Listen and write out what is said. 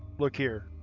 look here.